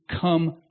come